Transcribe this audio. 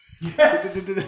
yes